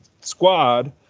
squad